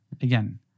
again